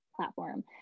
platform